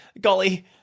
Golly